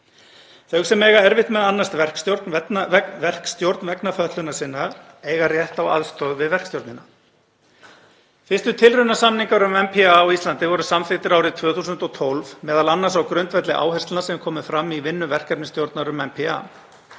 Þau sem eiga erfitt með að annast verkstjórn vegna fötlunar sinnar eiga rétt á aðstoð við verkstjórnina. Fyrstu tilraunasamningar um NPA á Íslandi voru samþykktir árið 2012, m.a. á grundvelli áherslna sem komu fram í vinnu verkefnisstjórnar um NPA.